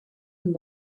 and